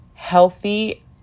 Healthy